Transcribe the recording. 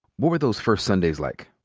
what were those first sundays like?